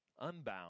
unbound